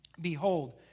behold